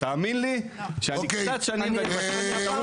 תאמין לי שאני כבר כמה שנים בנושא הזה.